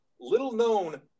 Little-known